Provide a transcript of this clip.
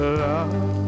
love